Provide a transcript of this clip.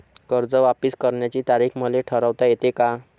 कर्ज वापिस करण्याची तारीख मले ठरवता येते का?